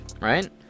right